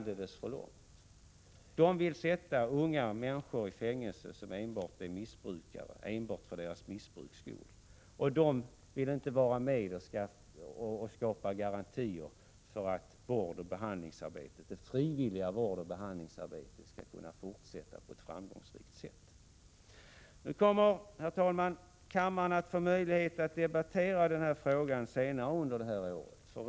De vill alltså sätta unga människor som är missbrukare i fängelse enbart för deras missbruks skull, och de vill inte vara med om att skapa garantier för att det frivilliga vårdoch behandlingsarbetet 13 skall kunna fortsätta på ett framgångsrikt sätt. Prot. 1986/87:74 Vi kommer att få möjligheter, herr talman, att debattera denna fråga i 18 februari 1987 = kammaren senare under året.